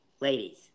Ladies